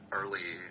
early